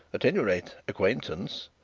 at any rate, acquaintance?